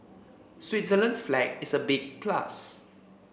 Switzerland's flag is a big plus